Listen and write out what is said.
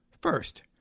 First